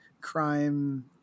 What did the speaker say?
crime